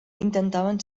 intentaven